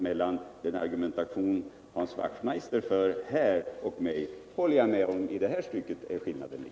Mellan den argumentation Hans Wachtmeister för här och min inställning är skillnaden i det här stycket liten, det håller jag med om.